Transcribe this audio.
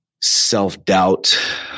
self-doubt